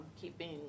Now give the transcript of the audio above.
keeping